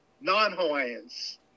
non-Hawaiians